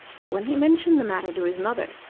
but when he mentioned the matter to his mother,